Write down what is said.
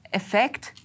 effect